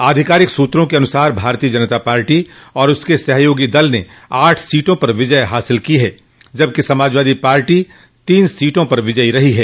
आधिकारिक सूत्रों के अन्सार भारतीय जनता पार्टी और उसके सहयोगी दल ने आठ सीटों पर विजयी हासिल की है जबकि समाजवादी पार्टी तीन सीटों पर विजयी रही है